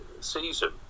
season